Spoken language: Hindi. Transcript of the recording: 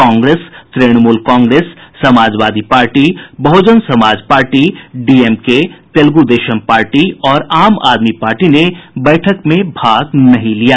Congress Trinamool Congress Samajwadi Party Bahujan Samaj Party DMK Telugu Desam Party और आम आदमी पार्टी ने बैठक में भाग नहीं लिया